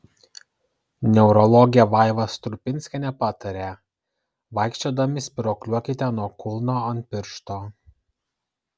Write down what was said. neurologė vaiva strupinskienė patarė vaikščiodami spyruokliuokite nuo kulno ant piršto